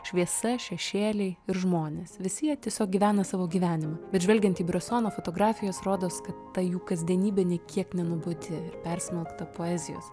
šviesa šešėliai ir žmonės visi jie tiesiog gyvena savo gyvenimą bet žvelgiant į bresono fotografijas rodos kad ta jų kasdienybė nė kiek nenuobodi persmelkta poezijos